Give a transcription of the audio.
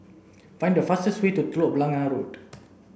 find the fastest way to Telok Blangah Road